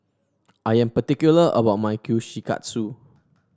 I am particular about my Kushikatsu